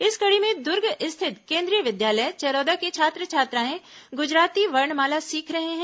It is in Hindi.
इसी कड़ी में दुर्ग स्थित केन्द्रीय विद्यालय चरौदा के छात्र छात्राएं गुजराती वर्णमाला सीख रहे हैं